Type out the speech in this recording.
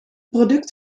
product